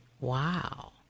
Wow